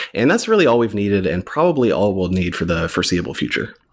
and that's really all we've needed and probably all we'll need for the foreseeable future.